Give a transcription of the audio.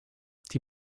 die